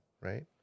right